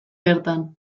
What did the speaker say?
bertan